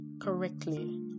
correctly